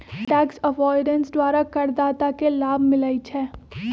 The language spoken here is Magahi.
टैक्स अवॉइडेंस द्वारा करदाता के लाभ मिलइ छै